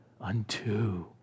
unto